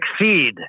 succeed